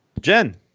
jen